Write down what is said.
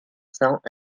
cents